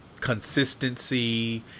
consistency